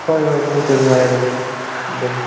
ꯍꯣꯏ ꯍꯣꯏ ꯃꯣꯏꯗꯁꯨ ꯍꯥꯏꯔꯒꯦ ꯑꯗꯨꯝ